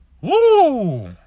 Woo